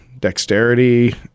dexterity